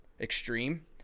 extreme